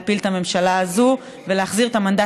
להפיל את הממשלה הזאת ולהחזיר את המנדט